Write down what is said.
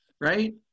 right